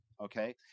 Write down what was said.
okay